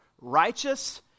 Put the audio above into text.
Righteous